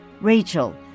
Rachel